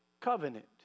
covenant